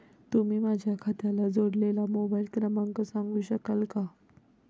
तुम्ही माझ्या खात्याला जोडलेला मोबाइल क्रमांक सांगू शकाल का?